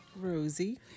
Rosie